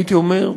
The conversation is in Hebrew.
הייתי אומר,